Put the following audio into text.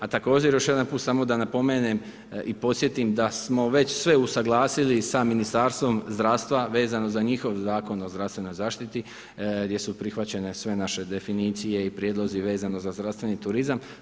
A također, još jedanput samo da napomenem i posjetim da smo već sve usuglasili i sa Ministarstvom zdravstva, vezano za njihov zakon o zdravstvenoj zaštiti, gdje su prihvaćane sve naše definicije i prijedlozi vezano za zdravstveni turizam.